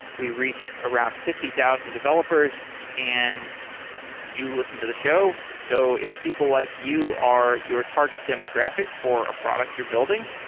we reach around fifty thousand developers and you listen to the show. so if people like you are your target demographic for a product you're building,